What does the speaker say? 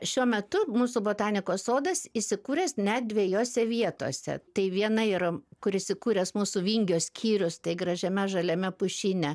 šiuo metu mūsų botanikos sodas įsikūręs net dvejose vietose tai viena yra kur įsikūręs mūsų vingio skyrius tai gražiame žaliame pušyne